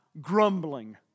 grumbling